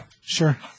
Sure